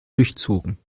durchzogen